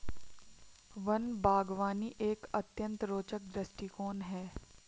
one बागवानी एक अत्यंत रोचक दृष्टिकोण है